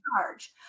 charge